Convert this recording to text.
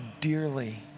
dearly